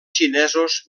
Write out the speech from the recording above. xinesos